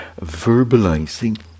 verbalizing